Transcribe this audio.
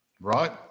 Right